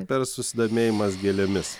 per susidomėjimas gėlėmis